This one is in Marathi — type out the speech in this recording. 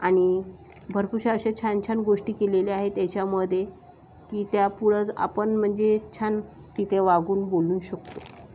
आणि भरपूरशा अशा छान छान गोष्टी केलेल्या आहेत त्याच्यामध्ये की त्यामुळं आपण म्हणजे छान तिथे वागून बोलू शकतो